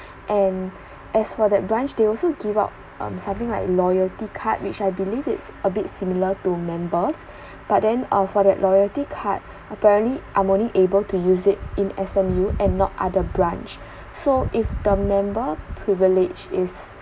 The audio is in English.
and as for that branch they also give up um something like loyalty card which I believe it's a bit similar to members but then uh for that loyalty card apparently I'm only able to use it in S_M_U and not other branch so if the member privilege is